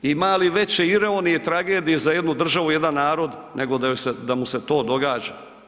Imali veće ironije i tragedije za jednu državu, jedan narod nego da mu se to događa?